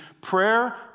prayer